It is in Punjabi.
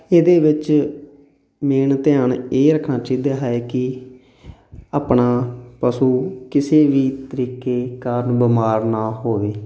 ਇਹਦੇ ਵਿੱਚ ਮੇਨ ਧਿਆਨ ਇਹ ਰੱਖਣਾ ਚਾਹੀਦਾ ਹੈ ਕਿ ਆਪਣਾ ਪਸ਼ੂ ਕਿਸੇ ਵੀ ਤਰੀਕੇ ਕਾਰਨ ਬਿਮਾਰ ਨਾ ਹੋਵੇ